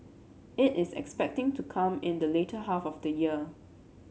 it is expected to come in the later half of the year